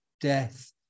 death